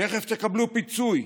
תכף תקבלו פיצוי.